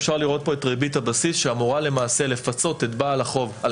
אפשר לראות פה את ריבית הבסיס שאמורה לפצות את בעל החוב על